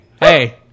hey